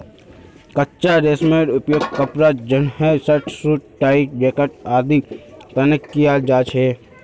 कच्चा रेशमेर उपयोग कपड़ा जंनहे शर्ट, सूट, टाई, जैकेट आदिर तने कियाल जा छे